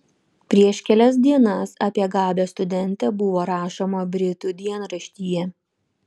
prieš kelias dienas apie gabią studentę buvo rašoma britų dienraštyje